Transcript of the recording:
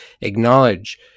acknowledge